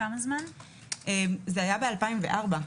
זה היה ב-2004.